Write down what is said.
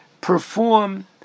perform